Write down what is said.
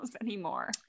anymore